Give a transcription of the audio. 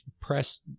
press